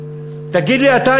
תגיד לי אתה,